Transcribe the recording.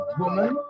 woman